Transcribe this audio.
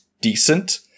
decent